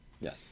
Yes